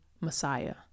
Messiah